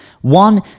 One